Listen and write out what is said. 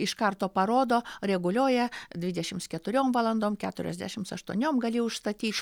iš karto parodo reguliuoja dvidešims keturiom valandom keturiasdešims aštuoniom gali užstatyt